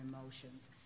emotions